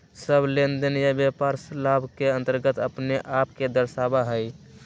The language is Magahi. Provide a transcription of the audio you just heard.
सब लेनदेन या व्यापार लाभ के अन्तर्गत अपने आप के दर्शावा हई